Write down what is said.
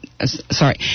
sorry